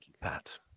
Pat